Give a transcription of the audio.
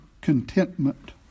contentment